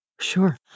Sure